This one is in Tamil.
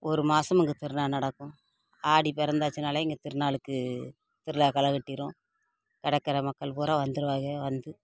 ஒரு மாதமும் இங்கே திருவிழா நடக்கும் ஆடி பிறந்தாச்சுன்னாலே இங்கே திருநாளுக்கு திருவிழா கலை கட்டிரும் கிடக்குற மக்கள் பூரா வந்துருவாக வந்து